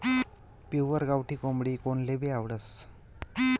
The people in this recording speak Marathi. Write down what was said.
पिव्वर गावठी कोंबडी कोनलेभी आवडस